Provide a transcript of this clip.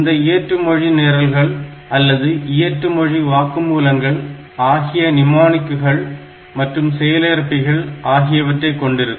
இந்த இயற்று மொழி நிரல்கள் அல்லது இயற்று மொழி வாக்குமூலங்கள் ஆகியன நிமோநிக்குகள் மற்றும் செயல்ஏற்பிகள் ஆகியவற்றை கொண்டிருக்கும்